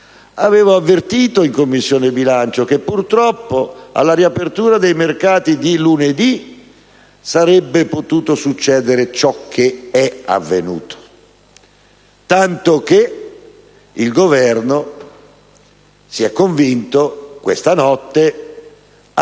Avevo avvertito in Commissione bilancio che purtroppo, alla riapertura dei mercati di lunedì, sarebbe potuto succedere ciò che è avvenuto, tanto che il Governo si è convinto questa notte ad